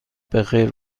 بخیر